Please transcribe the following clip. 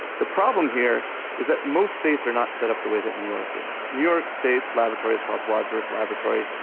the problem here is that most states are not set up the way that new york is. new york state's laboratories called wadsworth laboratory.